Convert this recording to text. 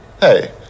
hey